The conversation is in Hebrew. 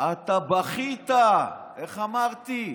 אתה בכית, איך אמרתי,